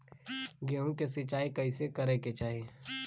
गेहूँ के सिंचाई कइसे करे के चाही?